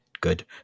good